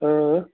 اۭں